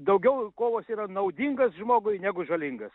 daugiau kovas yra naudingas žmogui negu žalingas